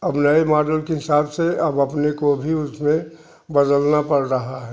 अब नए मॉडल के हिसाब से अब अपने को भी उसमें बदलना पड़ रहा है